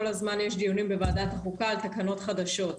הזמן יש דיונים בוועדת החוקה על תקנות חדשות.